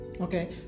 Okay